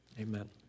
Amen